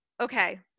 okay